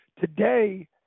today